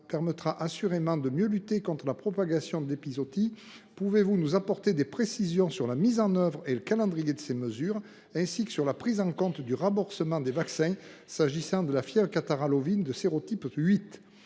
permettre de mieux lutter contre la propagation de l’épizootie, pourriez vous apporter des précisions sur la mise en œuvre et le calendrier de ces mesures, ainsi que sur la prise en compte du remboursement des vaccins s’agissant de la FCO de sérotype 8 ?